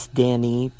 danny